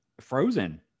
Frozen